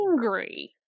angry